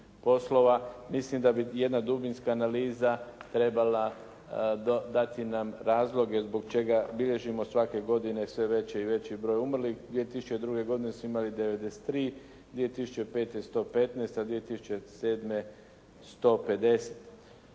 mislim da bi jedna dubinska analiza dati nam razloge zbog čega bilježimo svake godine sve veći i veći broj umrlih. 2002. godine smo imali 93, 2005. 115 a 2007. 150. Isto